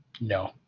No